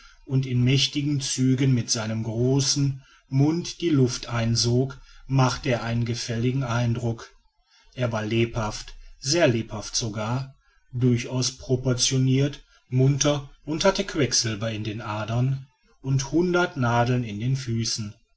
und in mächtigen zügen mit seinem großen munde die luft einsog machte er einen gefälligen eindruck er war lebhaft sehr lebhaft sogar durchaus proportionirt munter und hatte quecksilber in den adern und hundert nadeln in den füßen